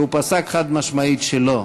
הוא פסק חד-משמעית שלא.